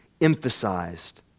emphasized